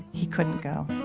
he couldn't go.